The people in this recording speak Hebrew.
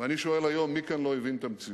ואני שואל היום: מי כאן לא הבין את המציאות?